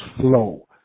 flow